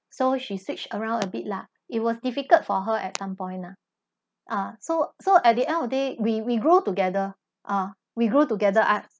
so she switched around a bit lah it was difficult for her at some point lah ah so so at the end of the day we we grow together ah we grow together ah